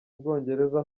bwongereza